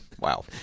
Wow